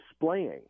displaying